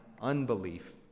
unbelief